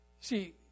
See